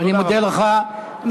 תודה רבה.